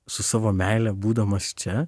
su savo meile būdamas čia